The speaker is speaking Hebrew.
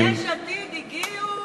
יש עתיד הגיעו,